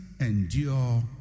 endure